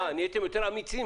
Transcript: מה, נהייתם יותר אמיצים?